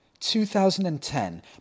2010